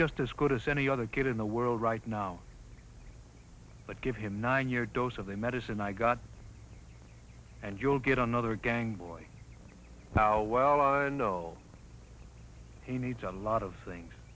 just as good as any other kid in the world right now but give him a nine year dose of the medicine i got and you'll get another gang boy now well i know he needs a lot of things